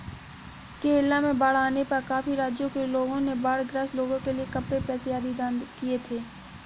केरला में बाढ़ आने पर काफी राज्यों के लोगों ने बाढ़ ग्रस्त लोगों के लिए कपड़े, पैसे आदि दान किए थे